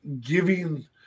giving